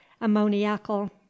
ammoniacal